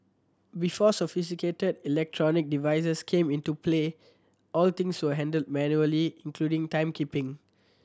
before sophisticated electrical devices came into play all things were handled manually including timekeeping